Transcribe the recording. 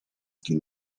kim